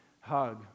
hug